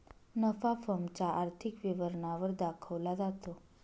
नफा फर्म च्या आर्थिक विवरणा वर दाखवला जातो